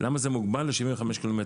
למה זה מוגבל ל- 75 קילומטר,